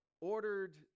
ordered